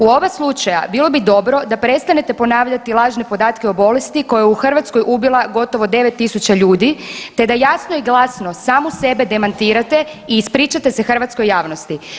U oba slučaja bilo bi dobro da prestanete ponavljati lažne podatke o bolesti koja je u Hrvatskoj ubila gotovo 9000 ljudi, te da jasno i glasno samu sebe demantirate i ispričate se hrvatskoj javnosti.